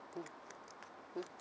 mm mm